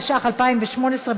התשע"ח 2018,